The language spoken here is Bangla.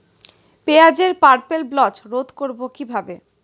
পেঁয়াজের পার্পেল ব্লচ রোধ করবো কিভাবে?